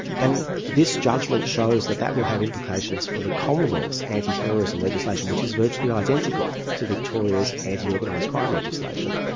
and this judgment shows that that will have implications for the commonwealth's anti-terrorism legislation which is virtually identical to victoria's anti-organised crime legislation.